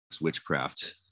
witchcraft